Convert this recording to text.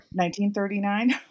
1939